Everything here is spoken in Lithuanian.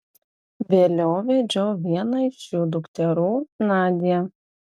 vėliau vedžiau vieną iš jų dukterų nadią